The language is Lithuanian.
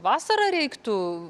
vasarą reiktų